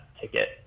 ticket